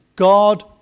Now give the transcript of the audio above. God